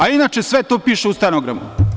Inače, sve to piše u stenogramu.